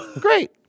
Great